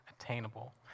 attainable